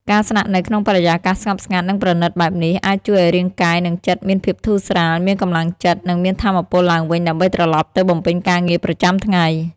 ការស្នាក់នៅក្នុងបរិយាកាសស្ងប់ស្ងាត់ និងប្រណីតបែបនេះ អាចជួយឲ្យរាងកាយ និងចិត្តមានភាពធូរស្រាល មានកម្លាំងចិត្ត និងមានថាមពលឡើងវិញដើម្បីត្រឡប់ទៅបំពេញការងារប្រចាំថ្ងៃ។